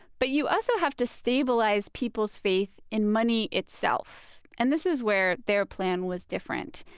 but you also have to stabilize people's faith in money itself. and this is where their plan was different.